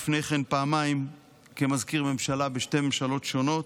ולפני כן פעמיים כמזכיר ממשלה בשתי ממשלות שונות.